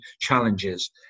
challenges